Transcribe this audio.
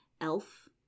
Elf